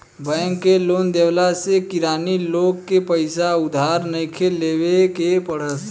bank के loan देवला से किरानी लोग के पईसा उधार नइखे लेवे के पड़त